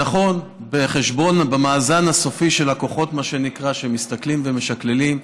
נכון, במאזן הסופי של הכוחות, כשמסתכלים ומשקללים,